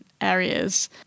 areas